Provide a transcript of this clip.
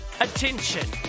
Attention